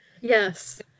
Yes